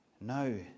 No